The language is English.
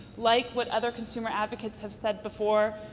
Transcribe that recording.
like what other consumer advocates have said before,